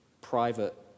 private